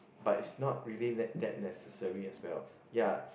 but is not really ne~ that necessary as well